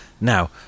Now